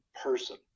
person